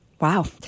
Wow